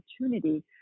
opportunity